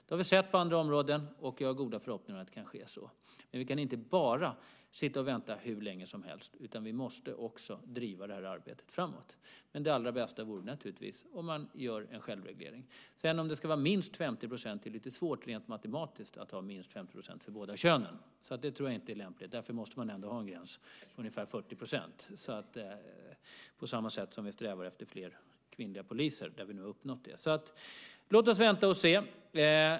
Det har vi sett på andra områden, och jag har goda förhoppningar om att det kan ske. Men vi kan inte bara sitta och vänta hur länge som helst. Vi måste också driva det här arbetet framåt. Men det allra bästa vore naturligtvis om man gjorde en självreglering. Sedan till detta om det ska vara minst 50 %. Det är lite svårt rent matematiskt att ha minst 50 % för båda könen. Så det tror jag inte är lämpligt. Därför måste man ändå ha en gräns på ungefär 40 % på samma sätt som vi strävar efter fler kvinnliga poliser, där vi nu har uppnått det. Låt oss alltså vänta och se.